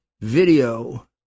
video